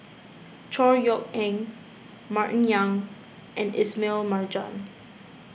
Chor Yeok Eng Martin Yan and Ismail Marjan